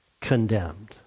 condemned